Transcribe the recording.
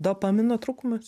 dopamino trūkumas